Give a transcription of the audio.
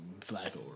Flacco